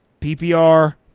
PPR